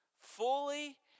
fully